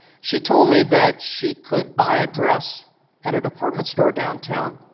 she told me that she could buy a dress at a department store downtown,